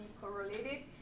correlated